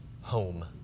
home